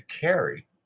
carry